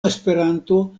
esperanto